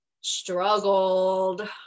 struggled